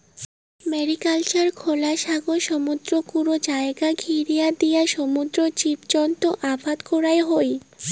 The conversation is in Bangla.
ম্যারিকালচারত খোলা সাগর, সমুদ্রর কুনো জাগাত ঘিরিয়া দিয়া সমুদ্রর জীবজন্তু আবাদ করাং হই